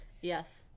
Yes